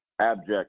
Abject